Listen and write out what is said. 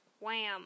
Wham